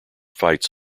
fights